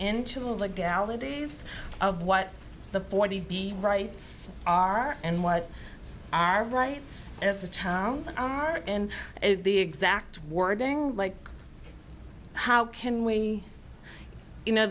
all the galaxies of what the forty b rights are and what our rights as a town are and the exact wording like how can we you know